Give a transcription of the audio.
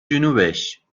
جنوبش